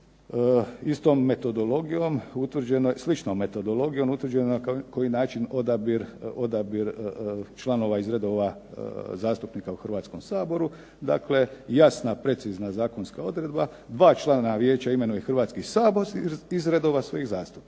istom metodologijom utvrđeno je, sličnom metodologijom utvrđeno je koji način odabir članova iz redova zastupnika u Hrvatskom saboru. Dakle jasna, precizna zakonska odredba, dva člana vijeća imenuje Hrvatski sabor iz redova svojih zastupnika,